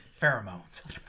Pheromones